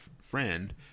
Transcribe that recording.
friend